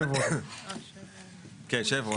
כן, שברון.